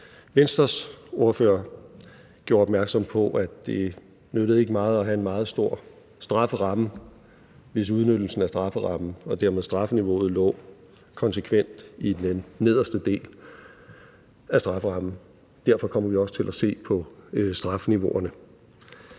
Venstres ordfører gjorde opmærksom på, at det ikke nyttede meget at have en meget stor strafferamme, hvis udnyttelsen af strafferammen og dermed strafniveauet konsekvent lå i den nederste del af strafferammen. Derfor kommer vi også til at se på strafniveauerne.